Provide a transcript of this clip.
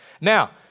Now